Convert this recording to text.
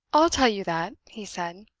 i'll tell you that, he said.